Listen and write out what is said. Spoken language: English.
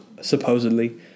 supposedly